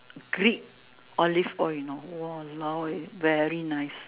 Greek Olive oil you know !walao! eh very nice